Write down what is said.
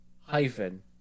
hyphen